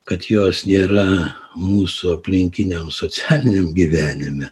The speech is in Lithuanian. kad jos nėra mūsų aplinkiniam socialiniam gyvenime